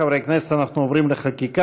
חברי הכנסת, אנחנו עוברים לחקיקה.